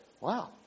Wow